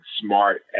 smart